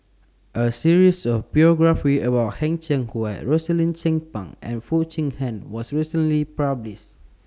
A series of biographies about Heng Cheng Hwa Rosaline Chan Pang and Foo Chee Han was recently published